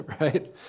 Right